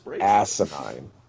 asinine